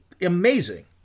amazing